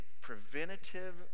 preventative